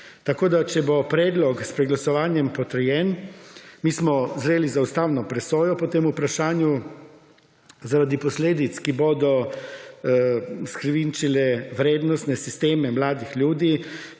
Tako, da, če bo predlog s preglasovanjem potrjen, mi smo zreli za ustavno presojo po tem vprašanju, zaradi posledic, ki bodo skrivenčile vrednostne sisteme mladih ljudi,